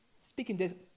speaking